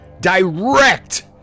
direct